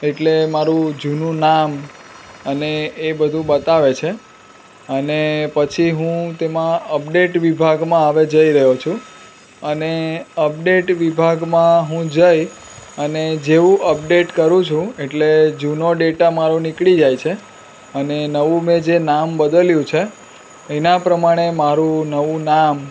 એટલે મારું જૂનું નામ અને એ બધું બતાવે છે અને પછી હું તેમાં અપડેટ વિભાગમાં હવે જઈ રહ્યો છું અને અપડેટ વિભાગમાં હું જઈ અને જેવું અપડેટ કરું છું એટલે જૂનો ડેટા મારો નીકળી જાય છે અને નવું જે મેં નામ બદલ્યું છે એના પ્રમાણે મારું નવું નામ